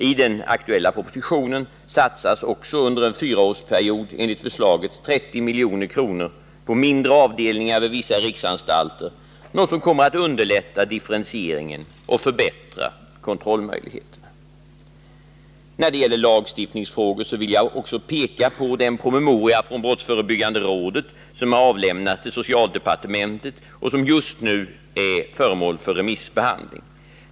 I den aktuella propositionen satsas också under en fyraårsperiod enligt förslaget 30 milj.kr. på mindre avdelningar vid vissa riksanstalter, något som kommer att underlätta differentieringen och förbättra kontrollmöjligheterna. När det gäller lagstiftningsfrågor vill jag också peka på den promemoria från brottsförebyggande rådet som har avlämnats till socialdepartementet och som just nu är föremål för remissbehandling.